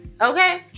Okay